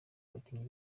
abakinnyi